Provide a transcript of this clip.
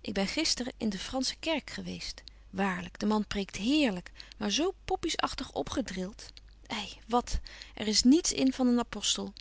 ik ben gisteren in de fransche kerk geweest waarlyk de man preekt heerlyk maar zo poppies achtig opgedrilt ei wat er is niets in van een apostel